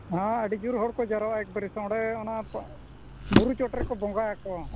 ᱦᱮᱸ ᱟᱹᱰᱤ ᱡᱳᱨ ᱦᱚᱲ ᱠᱚ ᱡᱟᱣᱨᱟᱜᱼᱟ ᱮᱠᱵᱟᱨᱮ ᱚᱸᱰᱮ ᱚᱱᱟ ᱵᱩᱨᱩ ᱪᱚᱴ ᱨᱮᱠᱚ ᱵᱚᱸᱜᱟ ᱟᱠᱚ